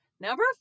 Number